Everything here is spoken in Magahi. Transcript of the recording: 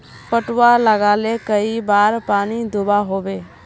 पटवा लगाले कई बार पानी दुबा होबे?